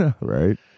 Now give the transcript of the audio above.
Right